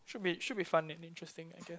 should be should be fun and interesting I guess